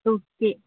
तो उसके